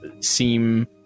seem